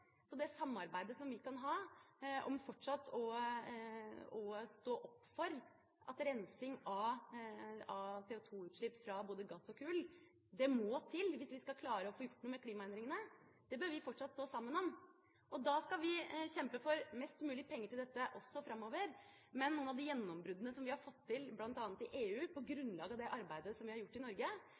så høyt opp på den internasjonale agendaen. Det er et av de viktigste satsingsområdene våre fortsatt. Venstre har bidratt til det gjennom klimaforliket og bør også være glad for det. Det samarbeidet som vi kan ha om fortsatt å stå opp for rensing av CO2-utslipp fra både gass og kull, må til hvis vi skal klare å få gjort noe med klimaendringene. Det bør vi fortsatt stå sammen om Vi skal kjempe for mest mulig penger til dette også framover, men noen av de gjennombruddene som vi har fått til,